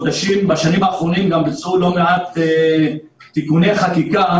בשנים האחרונות גם בוצעו לא מעט תיקוני חקיקה